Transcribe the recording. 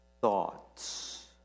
thoughts